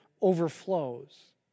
overflows